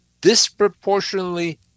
disproportionately